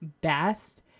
best